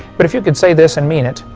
but if you could say this and mean it,